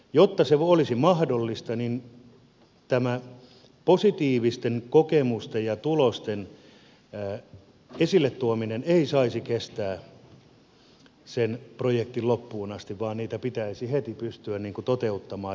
jotta se olisi mahdollista niin tämä positiivisten kokemusten ja tulosten esille tuominen ei saisi kestää sen projektin loppuun asti vaan niitä pitäisi heti pystyä toteuttamaan